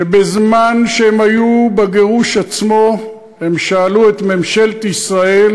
שבזמן שהם היו בגירוש עצמו הם שאלו את ממשלת ישראל: